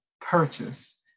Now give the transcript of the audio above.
purchase